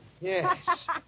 Yes